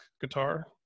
guitar